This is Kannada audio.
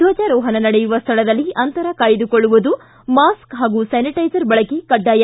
ದ್ವಜಾರೋಹಣ ನಡೆಯುವ ಸ್ಥಳದಲ್ಲಿ ಅಂತರ ಕಾಯ್ದುಕೊಳ್ಳುವುದು ಮಾಸ್ಕ್ ಹಾಗೂ ಸ್ಥಾನಿಟೈಸರ್ ಬಳಕೆ ಕಡ್ಡಾಯ